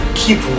keep